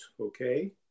okay